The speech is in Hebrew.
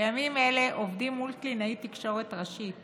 בימים אלה עובדים מול קלינאית תקשורת ראשית